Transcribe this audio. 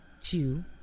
two